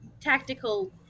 tactical